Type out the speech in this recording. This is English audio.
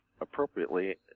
appropriately